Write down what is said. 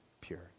pure